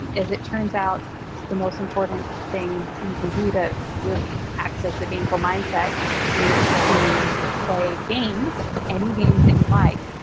and it turns out, the most important thing you can do to really access your gameful mindset is to play games, any games that you like,